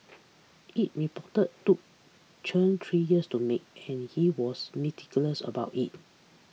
it report took Chen three years to make and he was meticulous about it